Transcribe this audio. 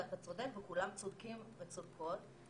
ואתה צודק וכולם צודקים וצודקות,